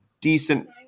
decent